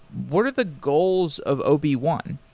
what are the goals of o b one?